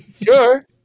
sure